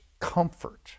comfort